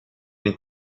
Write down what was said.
den